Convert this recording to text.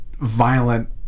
violent